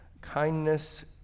kindness